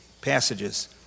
passages